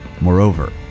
Moreover